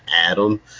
Adam